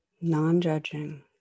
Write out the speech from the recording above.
Non-judging